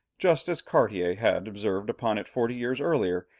just as cartier had observed upon it forty years earlier,